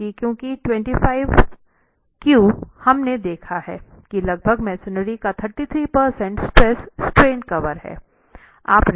हाँ क्योंकि 25 क्यों हमने देखा है कि लगभग मेसनरी का 33 प्रतिशत स्ट्रेस स्ट्रेन कर्व है